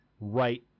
right